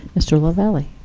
mr. lavalley.